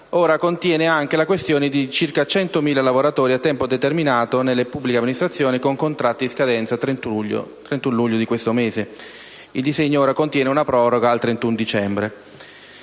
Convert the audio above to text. ora contiene anche la questione dei circa centomila lavoratori a tempo determinato nelle pubbliche amministrazioni con contratti in scadenza al 31 luglio corrente: il decreto ora contiene una proroga al 31 dicembre